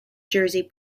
jersey